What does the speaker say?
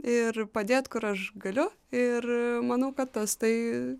ir padėt kur aš galiu ir manau kad tas tai